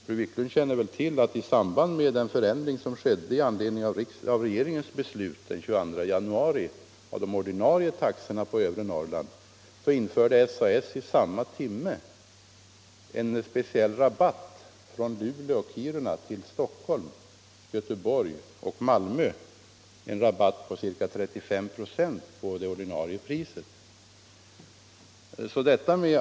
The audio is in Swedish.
Fru Wiklund känner väl till att i samband med den förändring som skedde, i anledning av regeringens beslut den 22 januari, av de ordinarie taxorna på övre Norrland, så införde SAS samma timme en speciell rabatt från Luleå och Kiruna till Stockholm, Göteborg och Malmö, en rabatt på ca 35 96 av det ordinarie priset.